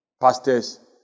pastors